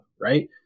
right